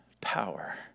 power